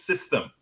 system